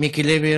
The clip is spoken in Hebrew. מיקי לוי.